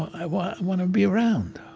i want want to be around.